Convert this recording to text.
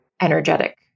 energetic